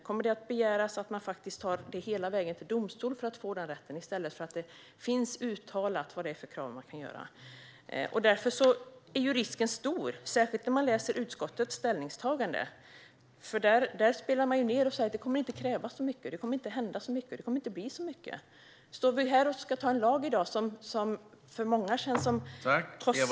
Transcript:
Kommer man att behöva ta det hela vägen till domstol för att få den rätten i stället för att det finns uttalat vilka krav man kan ställa? Därför är risken stor, särskilt med tanke på utskottets ställningstagande. Där tonar man ned detta och säger att det inte kommer att krävas så mycket, hända så mycket eller bli så mycket. Ska vi anta en lag i dag som för många känns kostsam men sedan inte får några effekter?